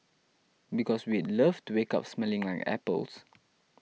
because we'd love to wake up smelling like apples